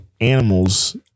animals